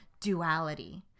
duality